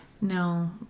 No